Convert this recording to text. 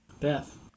Beth